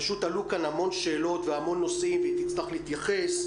פשוט עלו כאן המון שאלות והמון נושאים והיא תצטרך להתייחס.